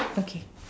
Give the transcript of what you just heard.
okay